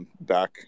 back